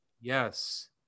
yes